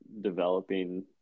developing